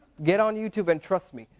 get on youtube and trust me,